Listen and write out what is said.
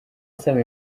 asaba